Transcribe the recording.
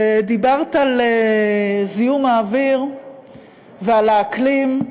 דיברת על זיהום האוויר ועל האקלים,